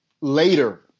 later